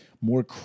more